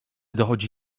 dochodzi